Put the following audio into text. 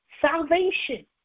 salvation